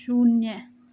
शून्य